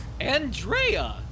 Andrea